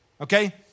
okay